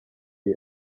you